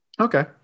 Okay